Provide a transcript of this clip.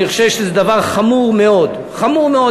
אני חושב שזה דבר חמור מאוד, חמור מאוד.